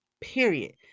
Period